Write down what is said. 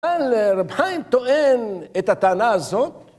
אבל הרב חיים טוען את הטענה הזאת